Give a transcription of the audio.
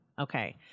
Okay